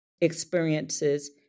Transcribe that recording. experiences